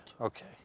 Okay